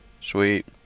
Sweet